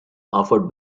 offered